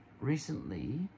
Recently